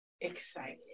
excited